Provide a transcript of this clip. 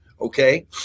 okay